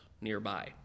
nearby